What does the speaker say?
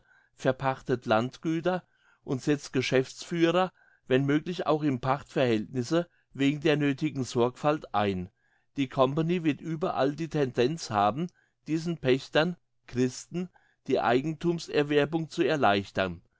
verpachtet landgüter und setzt geschäftsführer wenn möglich auch im pachtverhältnisse wegen der nöthigen sorgfalt ein die company wird überall die tendenz haben diesen pächtern christen die eigenthumserwerbung zu erleichtern